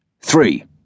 Three